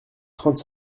trente